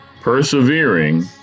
persevering